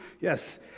Yes